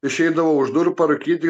išeidavau už durų parūkyti